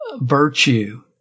virtue